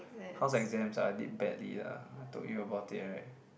how's exams ah I did badly lah I told you about it right